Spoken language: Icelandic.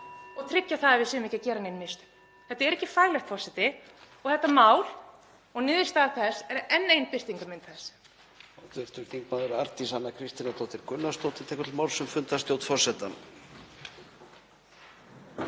og tryggja að við séum ekki að gera nein mistök. Þetta er ekki faglegt, forseti, og þetta mál og niðurstaða þess er enn ein birtingarmynd þess.